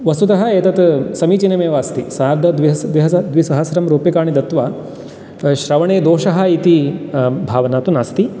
वस्तुतः एतत् समीचीनमेव अस्ति सार्ध द्विसहस्रं रूप्यकाणि दत्वा श्रवणे दोषः इति भावना तु नास्ति